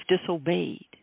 disobeyed